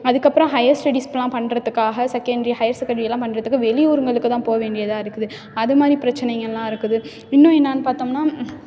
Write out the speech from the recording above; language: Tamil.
அதுக்கப்புறம் ஹையர் ஸ்டெடிஸ்லாம் பண்ணுறத்துக்காக செகண்ட்ரி ஹையர் செகண்டரி எல்லாம் பண்ணுறத்துக்கு வெளியூருங்களுக்கு தான் போக வேண்டியதாக இருக்குது அது மாதிரி பிரச்சினைங்க எல்லாம் இருக்குது இன்னும் என்னனு பார்த்தோம்னா